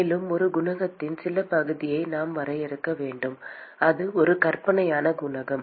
மேலும் ஒரு குணகத்தின் சில பகுதியை நாம் வரையறுக்க வேண்டும் அது ஒரு கற்பனையான குணகம்